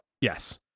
Yes